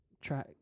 Try